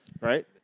right